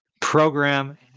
program